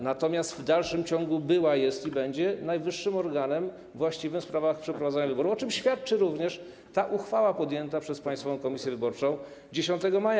Natomiast w dalszym ciągu była, jest i będzie najwyższym organem właściwym w sprawach przeprowadzania wyborów, o czym świadczy również uchwała podjęta przez Państwową Komisję Wyborczą 10 maja.